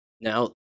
Now